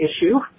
issue